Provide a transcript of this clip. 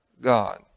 God